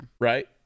right